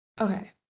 okay